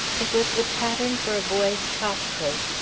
it was the pattern for a boy's topcoat,